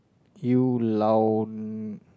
you lao